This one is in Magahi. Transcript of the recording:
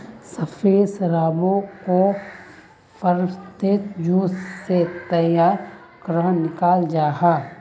सफ़ेद शराबोक को फेर्मेंतेद जूस से तैयार करेह निक्लाल जाहा